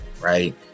right